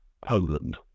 Poland